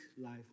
life